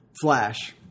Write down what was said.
Flash